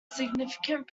significant